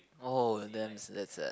oh damn that's sad